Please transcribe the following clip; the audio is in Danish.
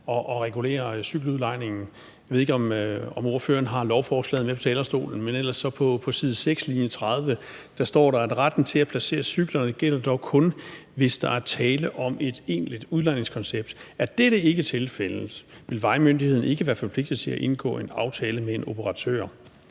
at regulere cykeludlejningen. Jeg ved ikke, om ordføreren har lovforslaget med på talerstolen, men på side 6, linje 30 står der: »Retten til at placere cyklerne gælder dog kun, hvis der er tale om et egentligt udlejningskoncept. Er det ikke tilfældet, vil vejmyndighederne ikke være forpligtet til at indgå en aftale med en operatør.«